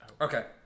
Okay